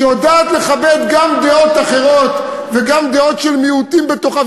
שיודעת לכבד גם דעות אחרות וגם דעות של מיעוטים בתוכה,